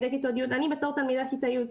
אני בתור תלמידה בכיתה י',